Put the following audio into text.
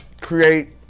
create